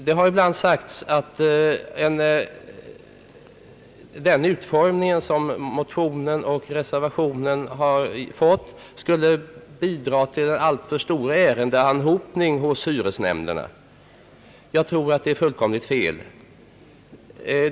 Det har ibland sagts att den utformning, som motionen och reservationen har fått skulle bidra till en alltför stor ärendeanhopning hos hyresnämnderna. Jag tror att detta är fullkomligt felaktigt.